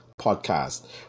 podcast